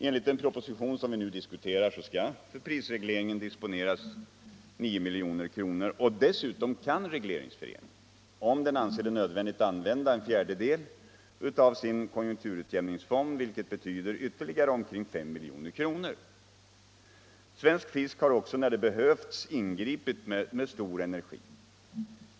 Enligt den proposition som vi nu diskuterar skall för prisregleringen disponeras 9 milj.kr., och dessutom kan regleringsföreningen om den anser det nödvändigt använda en fjärdedel av sin konjunkturutjämningsfond, vilket betyder ytterligare omkring 5 milj.kr. Svensk fisk har också när det behövts ingripit med stor energi.